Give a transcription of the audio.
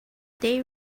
they